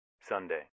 Sunday